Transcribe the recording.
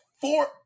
Four